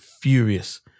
furious